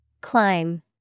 Climb